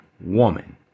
woman